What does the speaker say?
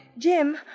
Jim